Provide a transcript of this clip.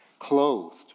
Clothed